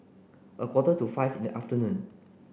a quarter to five in the afternoon